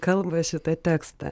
kalba šitą tekstą